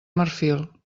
marfil